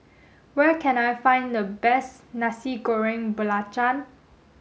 where can I find the best Nasi Goreng Belacan